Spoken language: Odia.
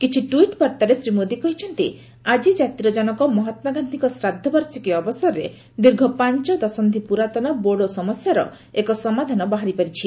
କିଛି ଟ୍ୱିଟ୍ ବାର୍ତ୍ତାରେ ଶ୍ରୀ ମୋଦୀ କହିଛନ୍ତି ଆଜି ଜାତିର ଜନକ ମହାତ୍ଲା ଗାନ୍ଧିଙ୍କ ଶ୍ରାଦ୍ଧବାର୍ଷିକୀ ଅବସରରେ ଦୀର୍ଘ ପାଞ୍ଚ ଦଶନ୍ଧି ପ୍ରରାତନ ବୋଡୋ ସମସ୍ୟାର ଏକ ସମାଧାନ ବାହାରି ପାରିଛି